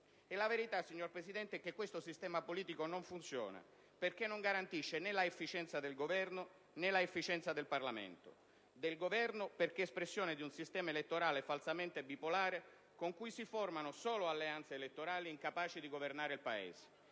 La verità, signor Presidente, è che questo sistema politico non funziona perché non garantisce né l'efficienza del Governo, né l'efficienza del Parlamento: del Governo, perché espressione di un sistema elettorale falsamente bipolare con cui si formano solo alleanze elettorali incapaci di governare il Paese